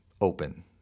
open